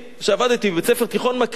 כשעבדתי בבית-ספר תיכון מקיף,